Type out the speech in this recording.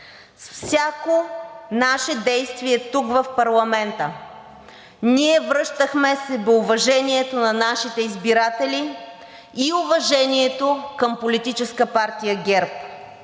с всяко наше действие тук, в парламента, ние връщахме себеуважението на нашите избиратели и уважението към Политическа партия ГЕРБ.